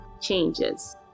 changes